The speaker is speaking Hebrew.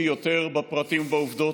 שבקיא יותר בפרטים ובעובדות.